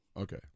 Okay